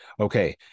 Okay